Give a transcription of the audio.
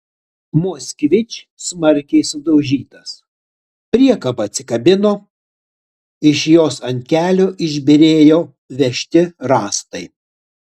moskvič smarkiai sudaužytas priekaba atsikabino iš jos ant kelio išbyrėjo vežti rąstai